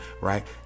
right